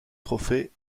trophée